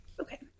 Okay